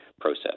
process